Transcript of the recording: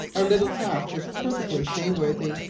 our little craft was perfectly sea-worthy.